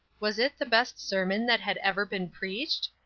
was it the best sermon that had ever been preached?